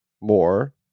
more